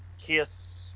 KISS